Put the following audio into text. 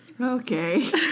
Okay